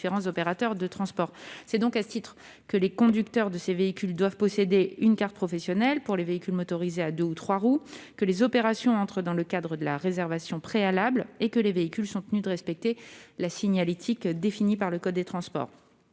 C'est donc à ce titre que les conducteurs de ces véhicules doivent posséder une carte professionnelle pour les véhicules motorisés à deux ou trois roues, que les opérations entrent dans le cadre de la réservation préalable et que les véhicules sont tenus de respecter la signalétique définie par le code des transports.